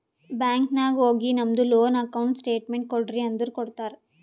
bank ನಾಗ್ ಹೋಗಿ ನಮ್ದು ಲೋನ್ ಅಕೌಂಟ್ ಸ್ಟೇಟ್ಮೆಂಟ್ ಕೋಡ್ರಿ ಅಂದುರ್ ಕೊಡ್ತಾರ್